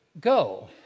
go